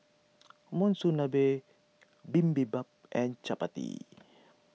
Monsunabe Bibimbap and Chapati